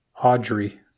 Audrey